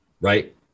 Right